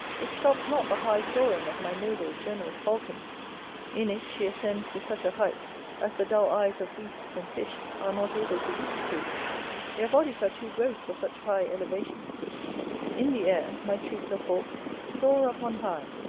it stops not the high soaring of my noble, generous falcon in it she ascends to such a height as the dull eyes of beasts and fish are not able to reach to their bodies are too gross for such high elevations in the air my troops of hawks soar up on high,